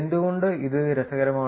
എന്തുകൊണ്ട് ഇത് രസകരമാണ്